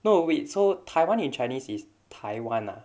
no wait so taiwan in chinese is taiwan ah